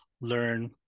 learn